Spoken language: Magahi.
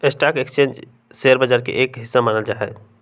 स्टाक एक्स्चेंज के शेयर बाजार के एक हिस्सा मानल जा हई